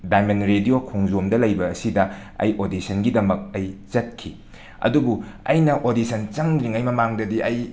diamond radio ꯈꯣꯡꯖꯣꯝꯗ ꯂꯩꯕ ꯑꯁꯤꯗ ꯑꯩ ꯑꯣꯗꯤꯁꯟꯒꯤꯗꯃꯛ ꯑꯩ ꯆꯠꯈꯤ ꯑꯗꯨꯕꯨ ꯑꯩꯅ ꯑꯣꯗꯤꯁꯟ ꯆꯪꯗ꯭ꯔꯤꯉꯒꯤ ꯃꯃꯥꯡꯗꯗꯤ ꯑꯩ ꯌꯥꯝꯅ